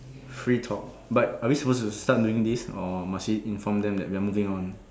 free talk but are we supposed to start doing this or must we inform them that we are moving on